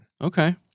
Okay